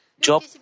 Job